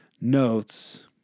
notes